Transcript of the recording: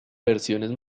versiones